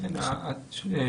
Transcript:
בוקר טוב.